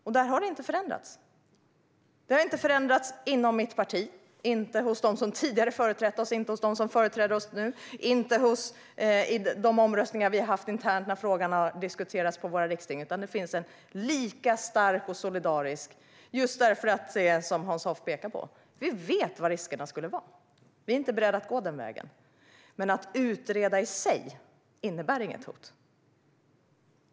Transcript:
Där har inget förändrats, vare sig inom mitt parti, hos dem som företrätt oss tidigare eller som företräder oss nu eller vid de omröstningar vi har haft internt när frågan har diskuterats på våra riksting. Det finns en lika stark och solidarisk hållning, just på grund av det som Hans Hoff pekar på: Vi vet vilka riskerna skulle vara. Vi är inte beredda att gå den vägen. Men att utreda innebär i sig inget hot.